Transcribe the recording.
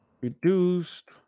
reduced